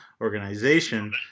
organization